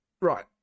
Right